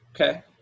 Okay